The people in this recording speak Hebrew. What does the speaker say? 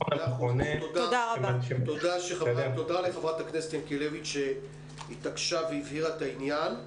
אז תודה לחברת הכנסת ינקלביץ' שהתעקשה והבהירה את העניין.